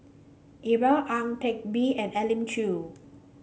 Iqbal Ang Teck Bee and Elim Chew